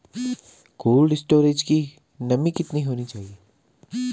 Cold storage की नमी कितनी होनी चाहिए?